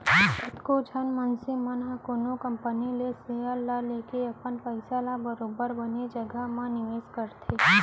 कतको झन मनसे मन ह कोनो कंपनी के सेयर ल लेके अपन पइसा ल बरोबर बने जघा म निवेस करथे